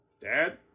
Dad